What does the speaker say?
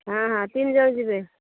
ହାଁ ହାଁ ତିନି ଜଣ ଯିବେ